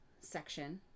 section